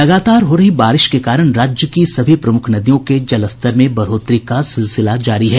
लगातार हो रही बारिश के कारण राज्य की सभी प्रमुख नदियों के जलस्तर में बढ़ोतरी का सिलसिला जारी है